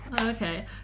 okay